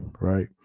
right